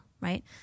Right